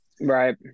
Right